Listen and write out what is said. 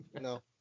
no